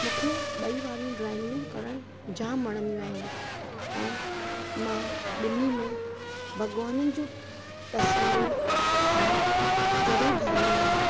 मूंखे ॿई वारियूं ड्रॉइंगू करण जाम वणंदियूं आहिनि ऐं मां ॿिन्हीं में भॻवाननि जूं तस्वीरूं ठाहिण ज़रूरु ठाहींदी आहियां